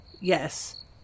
yes